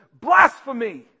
Blasphemy